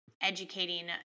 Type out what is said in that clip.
educating